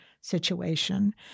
situation